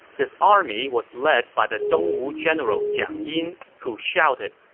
this army was led by the dongwu general jiang yin, who shouted,